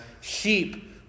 sheep